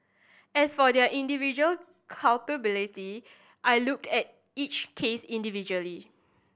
as for their individual culpability I looked at each case individually